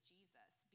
Jesus